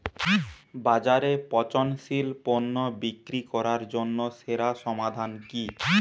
বাজারে পচনশীল পণ্য বিক্রি করার জন্য সেরা সমাধান কি?